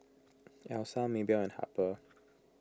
Elsa Maebell and Harper